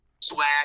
Swag